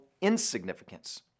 insignificance